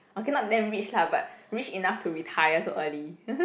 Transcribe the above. okay not damn rich lah but rich enough to retire so early